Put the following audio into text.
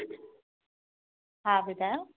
हा ॿुधायो